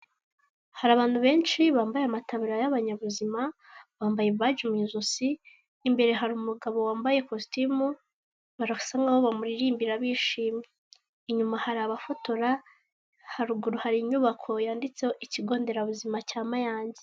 Hari abantu benshi bambaye amatabara y'abanyabuzima bambaye baji mu ijosi imbere hari umugabo wambaye kositimu barasa nkaho bamuririmbira bishimye inyuma hari abafotora haruguru hari inyubako yanditseho ikigo nderabuzima cya mayange.